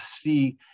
see